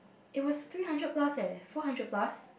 it was three hundred plus eh four hundred plus